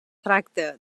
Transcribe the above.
tracta